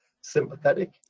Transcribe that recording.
sympathetic